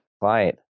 client